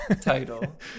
title